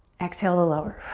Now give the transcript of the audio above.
exhale to lower.